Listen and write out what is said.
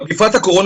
מגפת הקורונה,